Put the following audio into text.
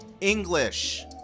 English